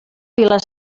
vila